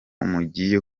mugiye